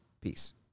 Peace